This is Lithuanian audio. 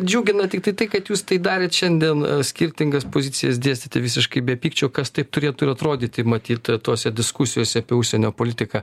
džiugina tiktai tai kad jūs tai darėt šiandien skirtingas pozicijas dėstėte visiškai be pykčio kas taip turėtų ir atrodyti matyt tose diskusijose apie užsienio politiką